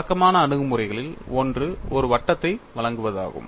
வழக்கமான அணுகுமுறைகளில் ஒன்று ஒரு வட்டத்தை வழங்குவதாகும்